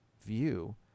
view